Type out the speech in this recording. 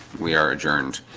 we are adjourned